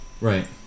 Right